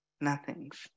nothings